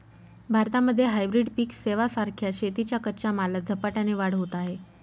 भारतामध्ये हायब्रीड पिक सेवां सारख्या शेतीच्या कच्च्या मालात झपाट्याने वाढ होत आहे